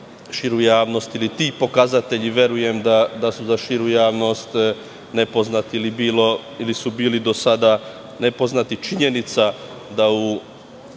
To stanje ili ti pokazatelji, verujem da su za širu javnost nepoznati ili su bili do sada nepoznati. Činjenica je da